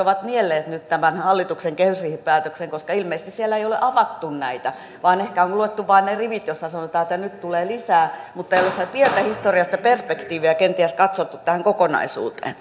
nyt ovat nielleet tämän hallituksen kehysriihipäätöksen koska ilmeisesti siellä ei ole avattu näitä vaan ehkä on luettu vain ne rivit joissa sanotaan että nyt tulee lisää mutta ei ole kenties katsottu sitä pientä historiallista perspektiiviä tähän kokonaisuuteen